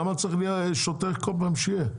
למה צריך שכל פעם יהיה שוטר?